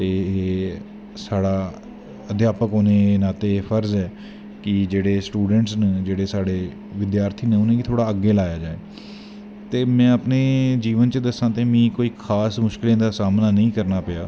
ते साढ़ा अध्यापक होने दे नात्ते फर्ज ऐ कि जेह्ड़े स्टुडैंटस न जेह्ड़े साढ़े विधार्थी न उनेंगी थोह्ड़ा अग्गैं लाया जाए ते में अपनें जावन च दस्सां ते में कोई खास मुशकलें दा सामनां नी करना पेआ